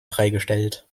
freigestellt